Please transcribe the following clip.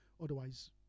Otherwise